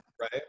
right